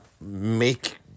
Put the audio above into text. make